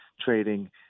trading